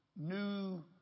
new